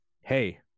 Hey